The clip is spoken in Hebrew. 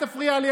אל תפריע לי,